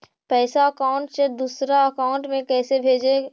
पैसा अकाउंट से दूसरा अकाउंट में कैसे भेजे?